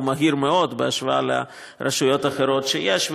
הוא מהיר מאוד בהשוואה לרשויות האחרות שיש,